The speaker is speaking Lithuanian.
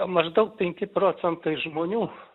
maždaug penki procentai žmonių